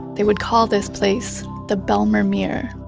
they would call this place the bijlmermeer